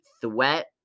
threat